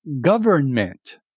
government